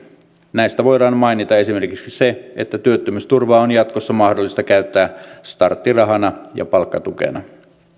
näistä voidaan mainita esimerkiksi se että työttömyysturvaa on jatkossa mahdollista käyttää starttirahana ja palkkatukena